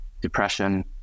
depression